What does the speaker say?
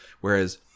Whereas